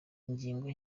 ingingo